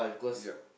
yup